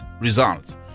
results